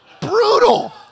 Brutal